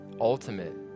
ultimate